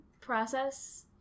process